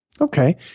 Okay